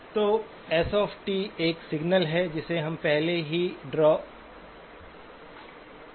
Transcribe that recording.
तो s एक signal है जिसे हमने पहले ही ड्रा लिया है